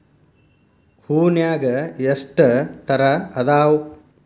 ಹೂನ್ಯಾಗ ಎಷ್ಟ ತರಾ ಅದಾವ್?